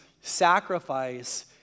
sacrifice